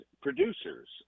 producers